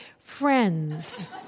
friends